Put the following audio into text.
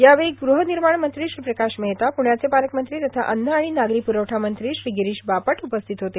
यावेळी ग्रहनिर्माण मंत्री श्री प्रकाश महेता प्रण्याचे पालकमंत्री तथा अव्न आणि नागरी पुरवठा मंत्री श्री गिरीश बापट उपस्थित होते